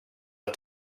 att